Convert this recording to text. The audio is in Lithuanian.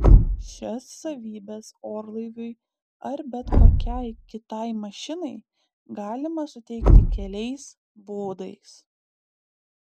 šias savybes orlaiviui ar bet kokiai kitai mašinai galima suteikti keliais būdais